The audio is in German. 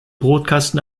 brotkasten